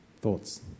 Thoughts